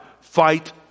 fight